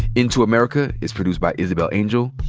into america is produced by isabel angel,